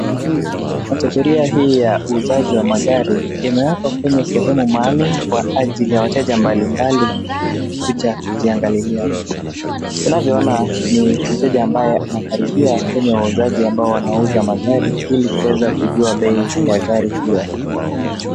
Kategoria hii ya uuzaji wa magari imewekwa kwenye sehemu maalum kwa ajili ya wateja mbalimbali kuja kujiangalilia. Tunavyoona ni mteja ambaye anakaribia kwenye wauzaji ambao wanauza magari ili kuweza kujua bei ya gari hio.